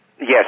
Yes